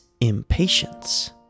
impatience